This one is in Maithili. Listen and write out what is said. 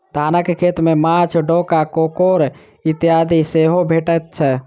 धानक खेत मे माँछ, डोका, काँकोड़ इत्यादि सेहो भेटैत छै